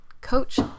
coach